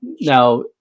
Now